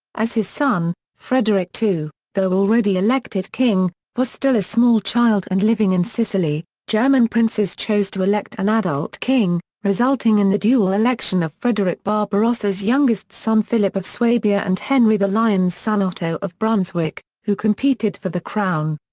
as his son, frederick ii, though already elected king, was still a small child and living in sicily, german princes chose to elect an adult king, resulting in the dual election of frederick barbarossa's youngest son philip of swabia and henry the lion's son otto of brunswick, who competed for the crown.